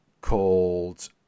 called